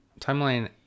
timeline